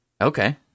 Okay